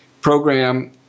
program